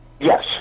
Yes